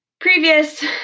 previous